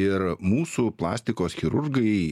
ir mūsų plastikos chirurgai